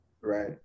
Right